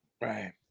Right